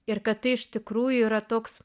ir kad tai iš tikrųjų yra toks